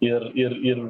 ir ir ir